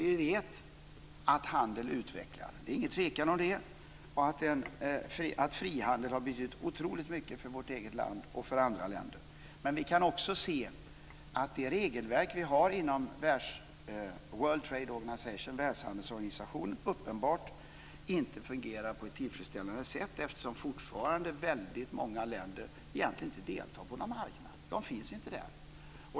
Vi vet att handel utvecklar - det är ingen tvekan om det - och att frihandel har betytt otroligt mycket för vårt eget land och för andra länder, men vi kan också se att det regelverk vi har inom World Trade Organization - Världshandelsorganisationen - uppenbart inte fungerar på ett tillfredsställande sätt, eftersom väldigt många länder fortfarande egentligen inte deltar på någon marknad. De finns inte där.